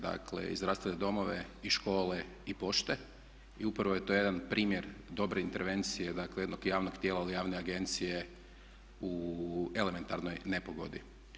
Dakle i zdravstvene domove i škole i pošte i upravo je to jedan primjer dobre intervencije, dakle jednog javnog dijela ove javne agencije u elementarnoj nepogodi.